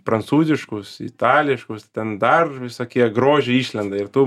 prancūziškus itališkus ten dar visokie grožiai išlenda ir tu